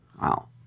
Wow